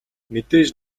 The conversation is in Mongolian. мэдээж